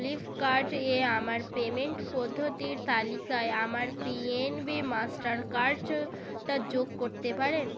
ফ্লিপকার্টে আমার পেমেন্ট পদ্ধতির তালিকায় আমার P N B Mastercard টা যোগ করতে পারেন